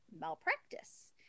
Malpractice